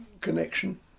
connection